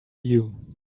you